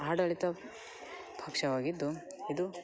ಆಡಳಿತ ಪಕ್ಷವಾಗಿದ್ದುಇದು